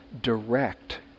direct